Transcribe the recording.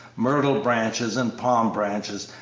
myrtle-branches and palm-branches,